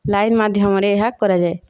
line ମାଧ୍ୟମରେ ଏହା କରାଯାଏ